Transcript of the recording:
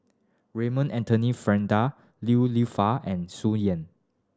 Raymond Anthony Fernando Li Lienfung and Tsung Yeh